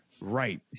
Right